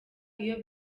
iyo